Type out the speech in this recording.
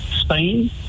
Spain